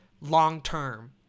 long-term